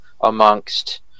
amongst